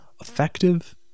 effective